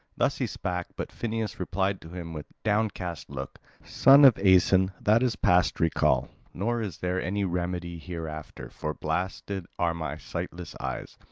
thus he spake, but phineus replied to him with downcast look son of aeson, that is past recall, nor is there any remedy hereafter, for blasted are my sightless eyes.